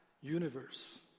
universe